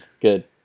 Good